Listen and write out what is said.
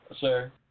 Sir